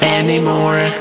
anymore